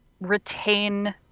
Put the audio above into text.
retain